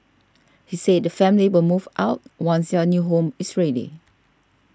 he said the family will move out once their new home is ready